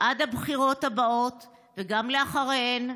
עד הבחירות הבאות וגם אחריהן,